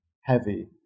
heavy